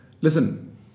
listen